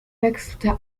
wechselte